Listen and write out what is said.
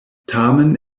tamen